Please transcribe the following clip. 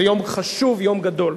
זה יום חשוב, יום גדול.